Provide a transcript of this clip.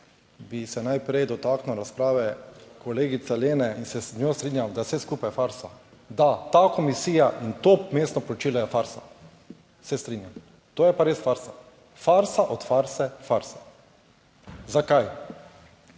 bi se najprej dotaknil razprave kolegic Lene, in se z njo strinjam, da je vse skupaj je farsa. Da ta komisija in to vmesno poročilo je farsa, se strinjam, to je pa res farsa, farsa od farse farsa. Zakaj?